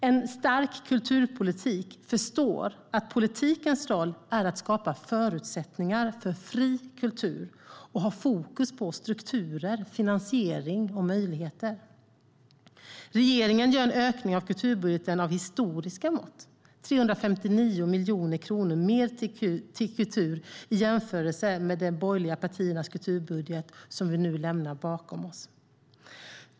En stark kulturpolitik förstår att politikens roll är att skapa förutsättningar för fri kultur och ha fokus på strukturer, finansiering och möjligheter. Regeringen gör en ökning av kulturbudgeten av historiska mått - 359 miljoner kronor mer till kultur i jämförelse med de borgerliga partiernas kulturbudget, som vi nu lämnar bakom oss.